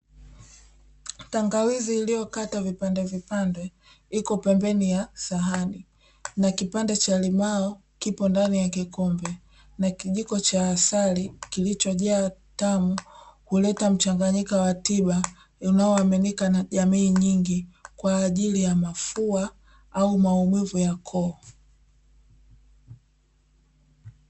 Tangawizi iliyokatwa vipande vipande iko pembeni ya sahani na kipande cha limao kipo ndani ya kikombe na kijiko cha asali kilichojaa tamu huleta mchanganyiko wa tiba unaoaminika na jamii nyingi kwa ajili ya mafua au maumivu ya koo.